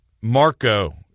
Marco